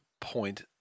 point